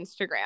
Instagram